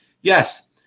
Yes